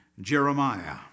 Jeremiah